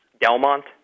Delmont